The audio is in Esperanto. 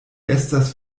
estas